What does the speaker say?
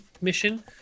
mission